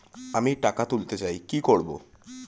আমি টাকা তুলতে চাই কি করব?